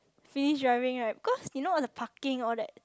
finish driving right because you know all the parking all that